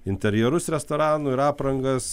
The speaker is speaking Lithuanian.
interjerus restoranų ir aprangas